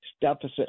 deficit